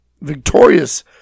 victorious